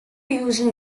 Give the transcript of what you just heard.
used